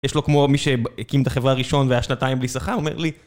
יש לו כמו מי שהקים את החברה ראשון והיה שנתיים בלי שכר אומר לי..